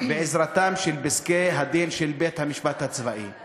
בעזרתם של פסקי-הדין של בית-המשפט הצבאי.